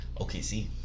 OKC